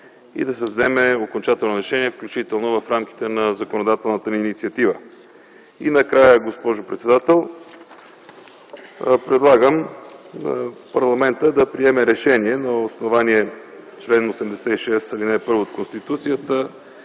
и да се вземе окончателно решение, включително в рамките на законодателната инициатива. И накрая, госпожо председател, предлагам на парламента да приеме решение на основание чл. 86, ал. 1 от Конституцията